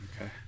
Okay